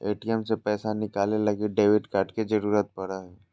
ATM से पैसा निकाले लगी डेबिट कार्ड के जरूरत पड़ो हय